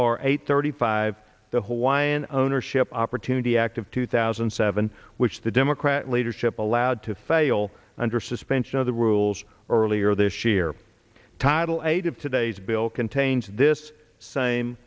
h r eight thirty five the whole why and ownership opportunity act of two thousand and seven which the democrat leadership allowed to fail under suspension of the rules earlier this year title eight of today's bill contains this same